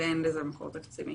ואין לזה מקור תקציבי.